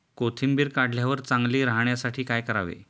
कोथिंबीर काढल्यावर चांगली राहण्यासाठी काय करावे?